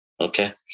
okay